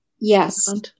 yes